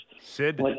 Sid